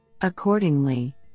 Accordingly